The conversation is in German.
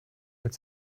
mit